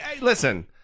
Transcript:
Listen